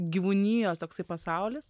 gyvūnijos toksai pasaulis